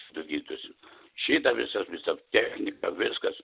su tuo gydytojus šita visa visa technika viskas